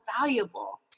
valuable